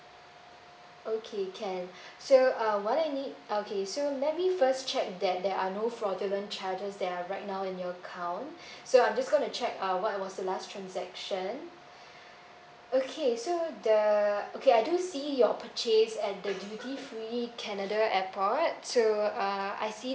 okay can so uh what I need okay so let me first check that there are no fraudulent charges that are right now in your account so I'm just gonna check uh what was the last transaction okay so the okay I do see your purchase at the duty free canada airport so uh I see